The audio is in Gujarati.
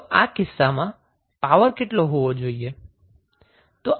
તો આ કિસ્સામાં પાવર કેટલો હોવો જોઈએ